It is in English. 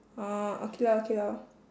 orh okay lor okay lor